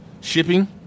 shipping